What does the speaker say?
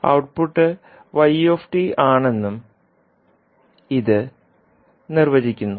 output y ആണെന്നും ഇത് നിർവചിക്കുന്നു